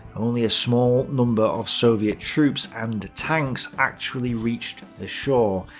only a small number of soviet troops and tanks actually reached the shore,